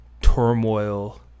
turmoil